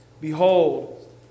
Behold